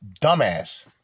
dumbass